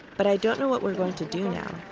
but i don't know what we're going to do now.